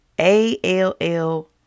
A-L-L